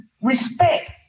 respect